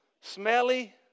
smelly